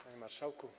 Panie Marszałku!